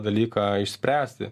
dalyką išspręsti